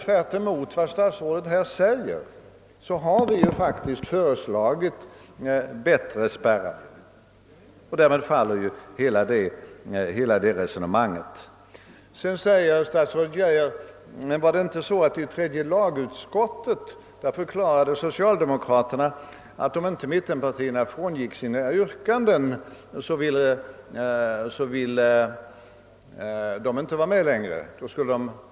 Tvärtemot vad statsrådet här säger har vi faktiskt föreslagit bättre spärrar. Därmed faller hela det resonemanget. Statsrådet Geijer säger sedan att socialdemokraterna i tredje lagutskottet förklarat att om inte mittenpartierna frångick sina yrkanden, skulle socialdemokraterna inte vara med längre.